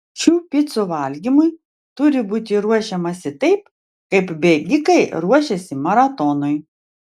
šių picų valgymui turi būti ruošiamasi taip kaip bėgikai ruošiasi maratonui